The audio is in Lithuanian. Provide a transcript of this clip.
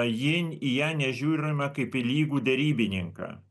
ji į ją nežiūrime kaip į lygų derybininką